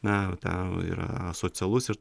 na ten yra asocialus ir